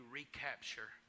recapture